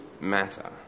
matter